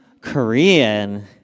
Korean